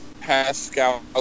Pascal